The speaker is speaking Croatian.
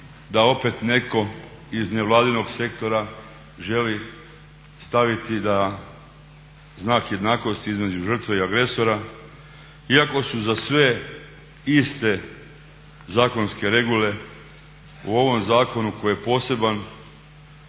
da opet netko iz nevladinog sektora želi staviti znak jednakosti između žrtve i agresora iako su za sve iste zakonske regule u ovom zakonu koji je poseban